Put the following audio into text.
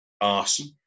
arson